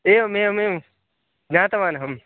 एवमेवमेवं ज्ञातवानहम्